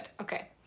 okay